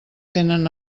tenen